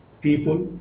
people